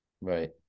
Right